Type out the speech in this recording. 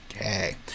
Okay